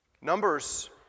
Numbers